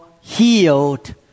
healed